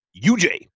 UJ